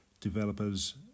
developers